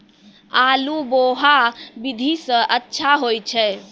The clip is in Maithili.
आलु बोहा विधि सै अच्छा होय छै?